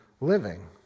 living